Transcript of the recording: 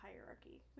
hierarchy